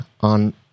on